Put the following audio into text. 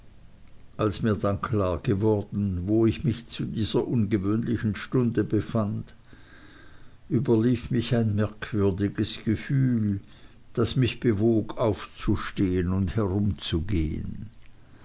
als mir dann klar geworden wo ich mich zu dieser ungewöhnlichen stunde befand überlief mich ein merkwürdiges gefühl das mich bewog aufzustehen und herumzugehen